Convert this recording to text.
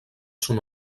son